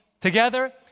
Together